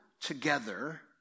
together